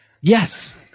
Yes